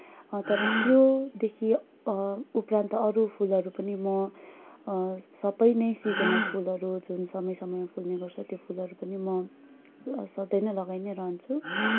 तर त्योदेखि उपरान्त अरू फुलहरू पनि म सबै नै सिजनल फुलहरू जुन समय समयमा फुल्ने गर्छ त्यो फुलहरू पनि म सधैँ नै लगाइनै रहन्छु